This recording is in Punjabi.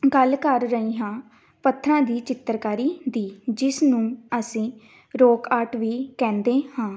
ਗੱਲ ਕਰ ਰਹੀ ਹਾਂ ਪੱਥਰਾਂ ਦੀ ਚਿੱਤਰਕਾਰੀ ਦੀ ਜਿਸ ਨੂੰ ਅਸੀਂ ਰੋਕ ਆਟ ਵੀ ਕਹਿੰਦੇ ਹਾਂ